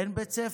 אין בית ספר.